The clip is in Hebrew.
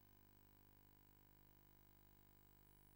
כיום,